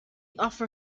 offer